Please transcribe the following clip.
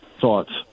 thoughts